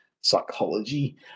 psychology